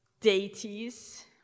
deities